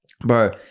bro